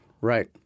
right